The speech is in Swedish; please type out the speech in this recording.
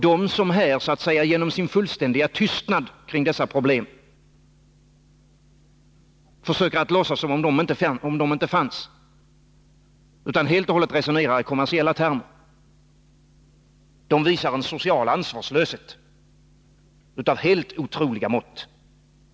De som här genom sin fullständiga tystnad kring dessa problem försöker låtsas som om problemen inte fanns utan helt och hållet resonerar i kommersiella termer visar en social ansvarslöshet av helt otroliga mått.